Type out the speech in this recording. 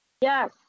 yes